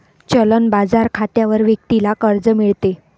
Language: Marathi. चलन बाजार खात्यावर व्यक्तीला कर्ज मिळते